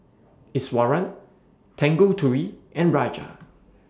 Iswaran Tanguturi and Raja